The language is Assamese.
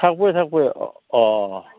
থাকিবই থাকিবই অঁ অঁ অঁ